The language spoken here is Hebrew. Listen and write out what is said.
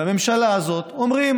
בממשלה הזאת, אומר: